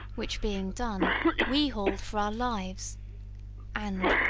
which being done we hauled for our lives and,